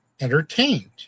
entertained